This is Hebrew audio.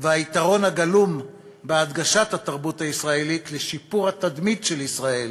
והיתרון הגלום בהדגשת התרבות הישראלית לשיפור התדמית של ישראל,